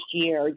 year